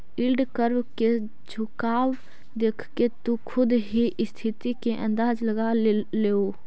yield curve के झुकाव देखके तु खुद ही स्थिति के अंदाज लगा लेओ